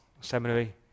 Seminary